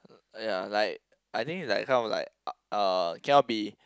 oh ya like I think is like kind of like uh cannot be